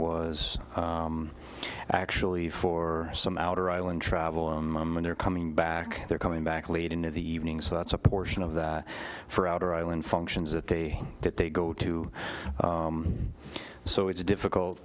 was actually for some outer island travel when they're coming back they're coming back late into the evening so that's a portion of that for outer island functions that they that they go to so it's difficult